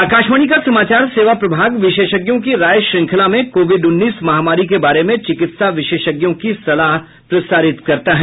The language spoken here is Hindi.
आकाशवाणी का समाचार सेवा प्रभाग विशेषज्ञों की राय श्रृंखला में कोविड उन्नीस महामारी के बारे में चिकित्सा विशेषज्ञों की सलाह प्रसारित करता है